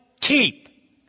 keep